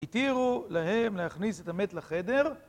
התירו להם להכניס את המת לחדר.